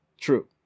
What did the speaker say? True